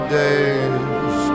days